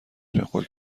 میخورد